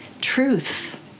Truth